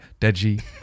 Deji